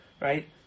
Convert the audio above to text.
right